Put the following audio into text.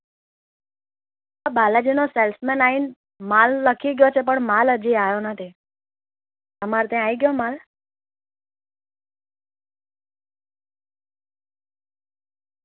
અ બાલાજીનો સેલ્સમેન આવીને માલ લખી ગયો છે પણ માલ હજી આવ્યો નથી તમારે ત્યાં આવી ગયો માલ